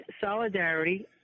Solidarity